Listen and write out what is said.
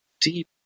deep